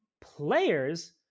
players